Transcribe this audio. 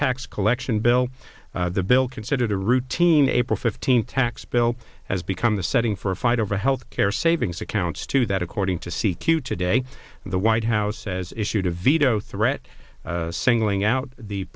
tax collection bill the bill considered a routine april fifteenth tax bill has become the setting for a fight over health care savings accounts too that according to c q today the white house says issued a veto threat singling out the